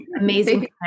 Amazing